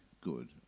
Good